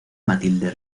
matilde